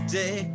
day